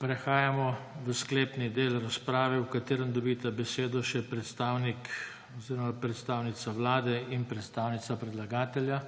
Prehajamo v sklepni del razprave, v katerem dobita besedo še predstavnik oziroma predstavnica Vlade in predstavnica predlagatelja.